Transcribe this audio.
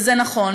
וזה נכון.